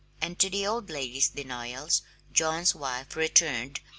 and to the old lady's denials john's wife returned,